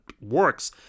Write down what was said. works